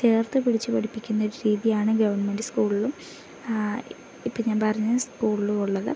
ചേർത്തു പിടിച്ച് പഠിപ്പിക്കുന്നൊരു രീതിയാണ് ഗവൺമെൻറ്റ് സ്കൂളിലും ഇപ്പം ഞാൻ പറഞ്ഞ സ്കൂളിലും ഉള്ളത്